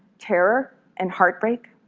terror, and heartbreak.